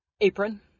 Apron